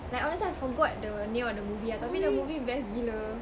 like honestly I forgot the name of the movie ah tapi the movie best gila